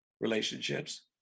relationships